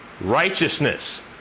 Righteousness